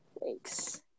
Thanks